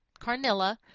Carnilla